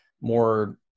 more